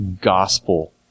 gospel